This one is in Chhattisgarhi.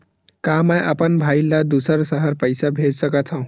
का मैं अपन भाई ल दुसर शहर पईसा भेज सकथव?